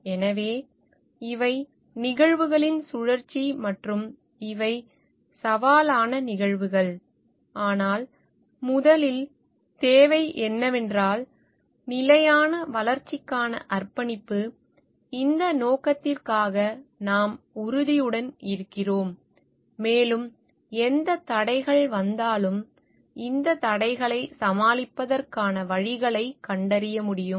எனவே இவை நிகழ்வுகளின் சுழற்சி மற்றும் இவை சவாலான நிகழ்வுகள் ஆனால் முதலில் தேவை என்னவென்றால் நிலையான வளர்ச்சிக்கான அர்ப்பணிப்பு இந்த நோக்கத்திற்காக நாம் உறுதியுடன் இருக்கிறோம் மேலும் எந்த தடைகள் வந்தாலும் இந்த தடைகளை சமாளிப்பதற்கான வழிகளைக் கண்டறிய முடியும்